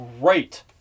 great